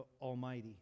Almighty